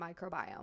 microbiome